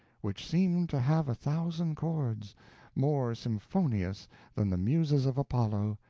which seemed to have a thousand chords more symphonious than the muses of apollo,